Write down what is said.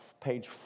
page